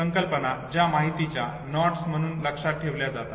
संकल्पना ज्या माहितीच्या नॉड्स म्हणून लक्षात ठेवल्या जातात